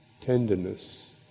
tenderness